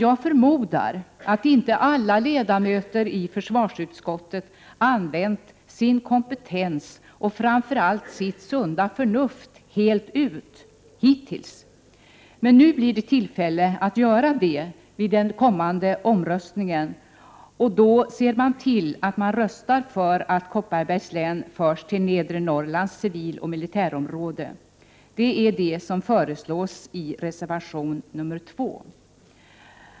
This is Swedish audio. Jag förmodar att inte alla ledamöter i försvarsutskottet SR onslag använt sin kompetens och framför allt titt sunda förnuft helt ut hittills, Men /P" E oa nu blir det tillfälle att göra det vid den kommande omröstningen, och då ser SVErER Rae man till att man röstar för att Kopparbergs län förs till Nedre Norrlands civiloch militärområde. Det är det som föreslås i reservation 2.